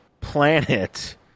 planet